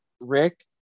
Rick